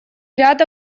ряд